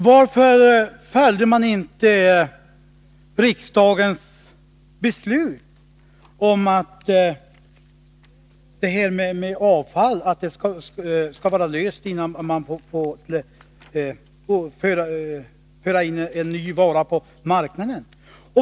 Varför följde man inte riksdagens beslut att frågan om avfall skall vara löst innan man skall föra in en ny vara på marknaden?